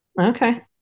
Okay